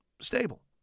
stable